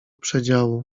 przedziału